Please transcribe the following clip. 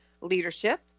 leadership